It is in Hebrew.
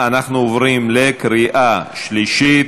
אנחנו עוברים לקריאה שלישית.